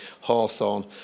Hawthorne